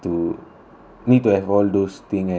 need to have all those thing and like